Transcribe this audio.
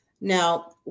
Now